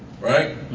Right